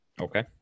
Okay